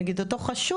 נגיד אותו חשוד,